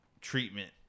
treatment